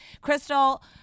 Crystal